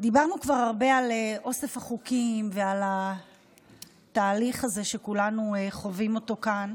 דיברנו כבר הרבה על אוסף החוקים ועל התהליך הזה שכולנו חווים אותו כאן.